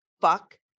Fuck